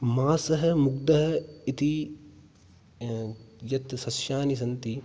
माषः मुद्गः इति यत् सस्यानि सन्ति